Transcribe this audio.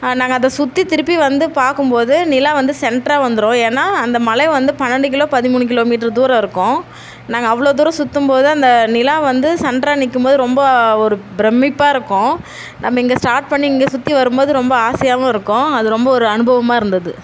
நாங்கள் அதை சுற்றி திருப்பி வந்து பார்க்கும்போது நிலா வந்து சென்ட்ராக வந்துரும் ஏன்னா அந்த மலை வந்து பன்னெண்டு கிலோ பதிமூணு கிலோ மீட்டரு தூரம் இருக்கும் நாங்கள் அவ்வளோ தூரம் சுற்றும்போது அந்த நிலா வந்து சென்ட்ராக நிற்கும்போது ரொம்ப ஒரு பிரம்மிப்பாக இருக்கும் நம்ம இங்கே ஸ்டார்ட் பண்ணி இங்கே சுற்றி வரும்போது ரொம்ப ஆசையாகவும் இருக்கும் அது ரொம்ப ஒரு அனுபவமாக இருந்தது